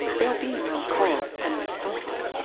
there'll be no call and response.